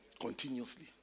continuously